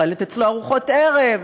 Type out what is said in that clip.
אוכלת אצלו ארוחות ערב.